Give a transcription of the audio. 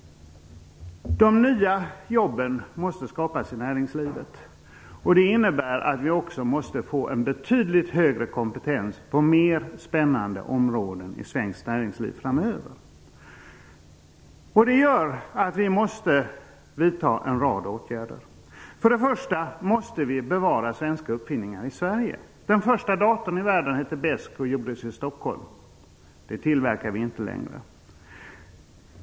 De nya jobben måste skapas i näringslivet, och det innebär att vi framöver också måste få en betydligt högre kompetens på mer spännande områden i svenskt näringsliv. Vi måste därför vidta en rad åtgärder. Vi måste bevara svenska uppfinningar i Sverige. Stockholm. Den tillverkas inte längre.